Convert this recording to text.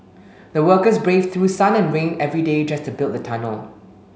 the workers braved through sun and rain every day just to build the tunnel